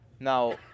Now